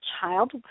child